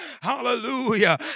Hallelujah